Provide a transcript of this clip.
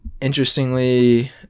interestingly